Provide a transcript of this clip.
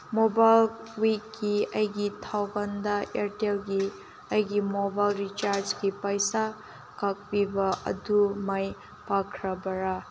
ꯃꯣꯕꯥꯋꯤꯛꯀꯤ ꯑꯩꯒꯤ ꯊꯧꯒꯟꯗ ꯏꯌꯥꯔꯇꯦꯜꯒꯤ ꯑꯩꯒꯤ ꯃꯣꯕꯥꯏꯜ ꯔꯤꯆꯥꯔꯖꯀꯤ ꯄꯩꯁꯥ ꯀꯥꯞꯈꯤꯕ ꯑꯗꯨ ꯃꯥꯏ ꯄꯥꯛꯈ꯭ꯔꯕꯔꯥ